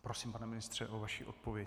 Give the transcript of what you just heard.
Prosím, pane ministře, o vaši odpověď.